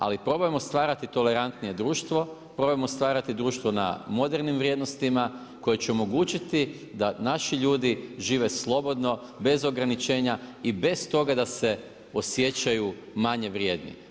Ali probajmo stvarati tolerantnije društvo, probajmo stvarati društvo na modernim vrijednostima koje će omogućiti da naši ljudi žive slobodno bez ograničenja i bez toga da se osjećaju manje vrijedni.